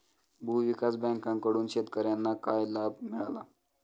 भूविकास बँकेकडून शेतकर्यांना काय लाभ मिळाला?